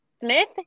Smith